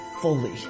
fully